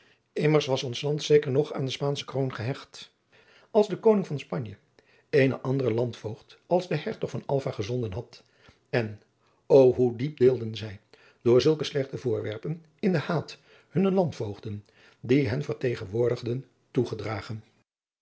immers was ons land zeker nog aan de spaansche kroon geadriaan loosjes pzn het leven van maurits lijnslager hecht als de koning van spanje eenen anderen landvoogd als den hertog van alva gezonden had en o hoe diep deelen zij door zulke slechte voorwerpen in den haat hunnen landvoogden die hen vertegenwoordigen toegedragen